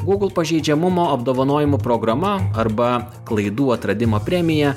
google pažeidžiamumo apdovanojimų programa arba klaidų atradimo premija